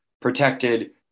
protected